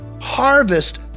harvest